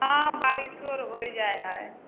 हँ बारिशो आओर हो जाए हइ